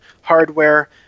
hardware